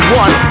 one